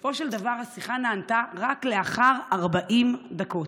בסופו של דבר השיחה נענתה רק לאחר 40 דקות.